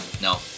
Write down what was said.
No